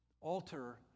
altar